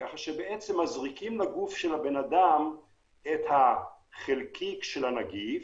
כך שבעצם מזריקים לגוף של האדם את החלקיק של הנגיף,